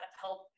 help